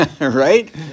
right